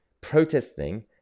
protesting